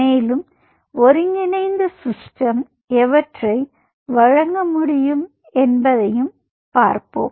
மேலும் ஒருங்கிணைந்த சிஸ்டம் எவற்றை வழங்க முடியும் என்பதைப் பார்ப்போம்